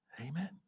Amen